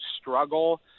struggle